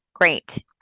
great